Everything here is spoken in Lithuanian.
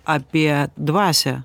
apie dvasią